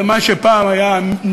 מיקור חוץ זה מה שפעם היה ניכור.